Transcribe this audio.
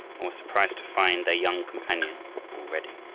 and were surprised to find their young companion all ready.